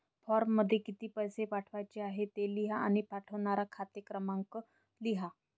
फॉर्ममध्ये किती पैसे पाठवायचे ते लिहा आणि पाठवणारा खाते क्रमांक देखील लिहा